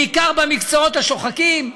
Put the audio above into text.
בעיקר במקצועות השוחקים.